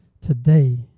today